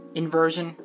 inversion